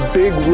big